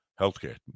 Healthcare